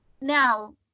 now